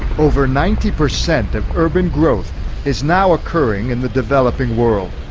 over ninety percent of urban growth is now occurring in the developing world.